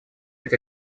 быть